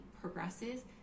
progresses